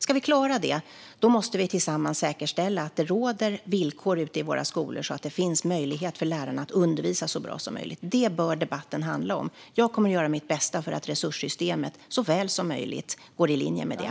Ska vi klara det måste vi tillsammans säkerställa att det råder villkor ute i våra skolor som gör att det finns möjlighet för lärarna att undervisa så bra som möjligt. Det bör debatten handla om. Jag kommer att göra mitt bästa för att resurssystemet så väl som möjligt ska gå i linje med det.